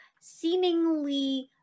seemingly